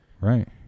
Right